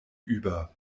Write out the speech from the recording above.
über